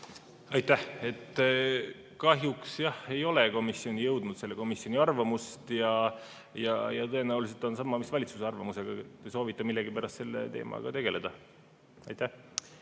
Aitäh! Kahjuks ei ole komisjoni jõudnud selle komisjoni arvamust ja tõenäoliselt on sellega samuti, mis valitsuse arvamusega: ei soovita millegipärast selle teemaga tegeleda. Aitäh!